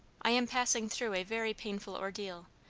i am passing through a very painful ordeal,